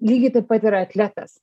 lygiai taip pat yra atletas